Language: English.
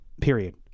period